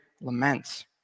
laments